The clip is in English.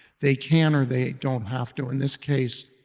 they can or they don't have to, in this case,